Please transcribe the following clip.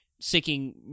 seeking